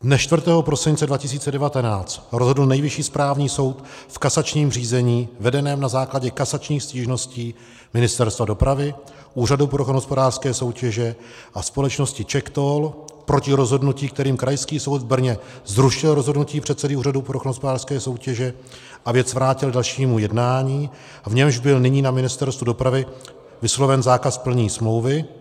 Dne 4. prosince 2019 rozhodl Nejvyšší správní soud v kasačním řízení vedeném na základě kasačních stížností Ministerstva dopravy, Úřadu pro ochranu hospodářské soutěže a společnosti CzechToll proti rozhodnutí, kterým Krajský soud v Brně zrušil rozhodnutí předsedy Úřadu pro ochranu hospodářské soutěže a věc vrátil k dalšímu jednání, v němž byl nyní na Ministerstvu dopravy vysloven zákaz plnění smlouvy.